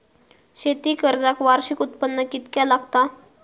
शेती कर्जाक वार्षिक उत्पन्न कितक्या लागता?